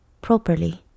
properly